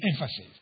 emphasis